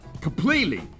Completely